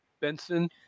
Benson